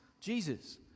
Jesus